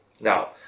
now